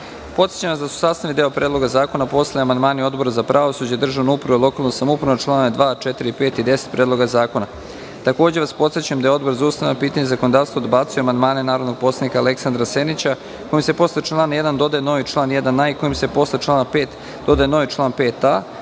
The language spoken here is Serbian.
načelu. Podsećam vas da su sastavni deo Predloga zakona postali amandmani Odbora za pravosuđe, državnu upravu i lokalnu samoupravu na članove 2, 4, 5. i 10. Predloga zakona. Takođe vas podsećam da je Odbor za ustavna pitanja i zakonodavstvo odbacio amandmane narodnog poslanika Aleksandra Senića, kojim se posle člana 1. dodaje novi član 1a i kojim se posle člana 5. dodaje novi član 5a,